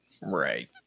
Right